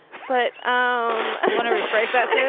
but um i want to rephrase that so